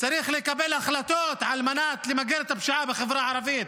צריך לקבל החלטות על מנת למגר את הפשיעה בחברה הערבית,